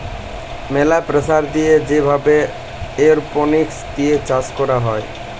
ম্যালা প্রেসার দিয়ে যে ভাবে এরওপনিক্স দিয়ে চাষ ক্যরা হ্যয়